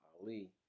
Ali